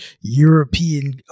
European